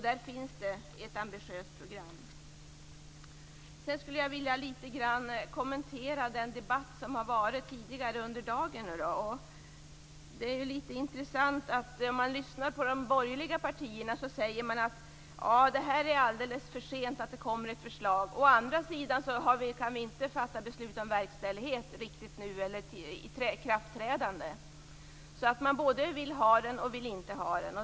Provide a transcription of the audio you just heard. Där finns ett ambitiöst program. Jag vill kommentera den tidigare debatten i dag. Det har varit intressant att lyssna på de borgerliga partierna. De säger att förslaget kommer för sent. Å andra sidan går det inte att fatta beslut om att lagen skall träda i kraft. De både vill och vill inte.